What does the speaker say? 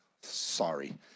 Sorry